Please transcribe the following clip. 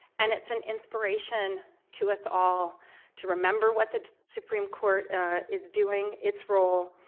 and it's an inspiration to us all to remember what the supreme court is doing, its role,